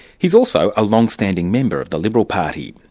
he's also a long-standing member of the liberal party.